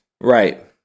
right